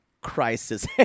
crisis